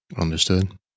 Understood